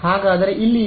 ಹಾಗಾದರೆ ಇಲ್ಲಿ ಏನು